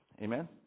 Amen